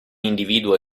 individuo